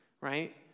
right